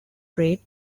rate